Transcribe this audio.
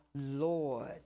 Lord